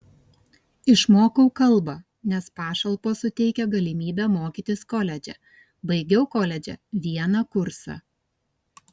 išmokau kalbą nes pašalpos suteikia galimybę mokytis koledže baigiau koledže vieną kursą